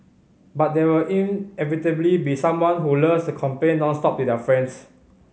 but there were inevitably be someone who loves to complain nonstop to their friends